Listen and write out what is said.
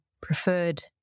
preferred